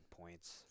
points